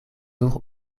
nur